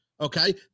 Okay